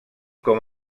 com